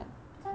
不在 meh